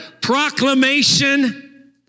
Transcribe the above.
proclamation